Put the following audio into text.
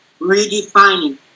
redefining